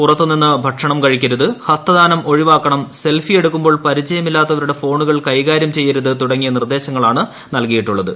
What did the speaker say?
പുറത്ത് നിന്ന് ഭക്ഷണം കഴിക്കരുത് ഹസ്തദാനം ഒഴിവാക്കണം സെൽഫി എടുക്കുമ്പോൾ പരിചയമില്ലാത്തവരുടെ ഫോണുകൾ കൈകാര്യം ചെയ്യരുത് തുടങ്ങിയ നിർദ്ദേശങ്ങളാണ് നൽകിയിട്ടുള്ളത്